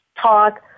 talk